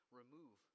remove